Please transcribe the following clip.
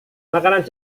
makanan